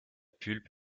pulpe